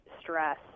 stress